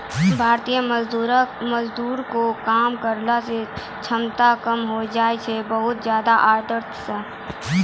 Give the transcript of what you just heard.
भारतीय मजदूर के काम करै के क्षमता कम होय जाय छै बहुत ज्यादा आर्द्रता सॅ